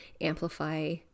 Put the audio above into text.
amplify